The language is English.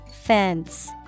Fence